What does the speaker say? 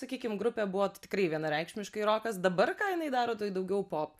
sakykim grupė buvo tai tikrai vienareikšmiškai rokas dabar ką jinai daro tai daugiau pop